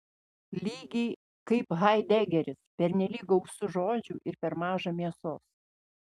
lygiai kaip haidegeris pernelyg gausu žodžių ir per maža mėsos